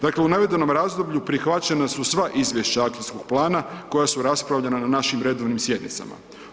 Dakle, u navedenom razdoblju prihvaćena su izvješća akcijskog plana koja su raspravljena na našim redovnim sjednicama.